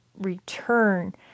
return